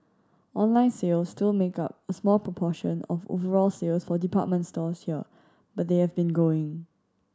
online sales still make up a small proportion of overall sales for department stores here but they have been growing